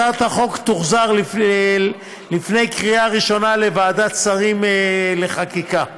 הצעת החוק תוחזר לפני הקריאה הראשונה לוועדת השרים לענייני חקיקה.